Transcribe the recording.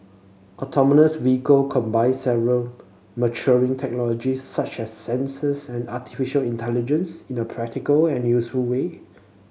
autonomous vehicle combine several maturing technologies such as sensors and artificial intelligence in the practical and useful way